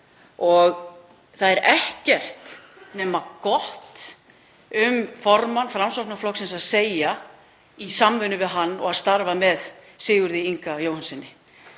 Það er ekkert nema gott um formann Framsóknarflokksins að segja og samvinnu við hann. Að starfa með Sigurði Inga Jóhannssyni,